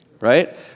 Right